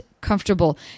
comfortable